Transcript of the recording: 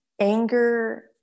anger